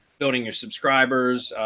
building your subscribers,